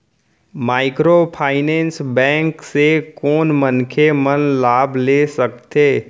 Microfinance bank से कोन मनखे मन लाभ ले सकथे?